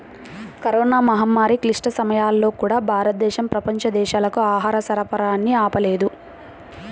corona మహమ్మారి క్లిష్ట సమయాల్లో కూడా, భారతదేశం ప్రపంచ దేశాలకు ఆహార సరఫరాని ఆపలేదు